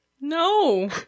No